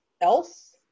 else